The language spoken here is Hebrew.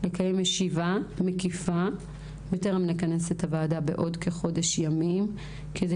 לקיים ישיבה מקיפה בטרם נכנס את הוועדה בעוד כחודש ימים כדי